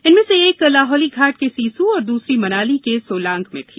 इनमें से एक लाहौल घाटी के सीसू और दूसरी मनाली के सोलांग में थी